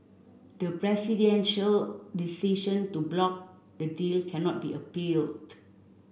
the presidential decision to block the deal cannot be appealed